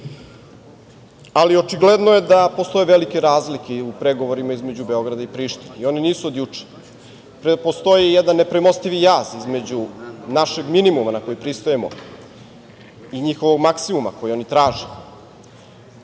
može. Očigledno je da postoje velike razlike u pregovorima između Beograda i Prištine i one nisu od juče. Postoji jedan nepremostivi jaz između našeg minimuma na koji pristajemo i njihovog maksimuma koji oni traže.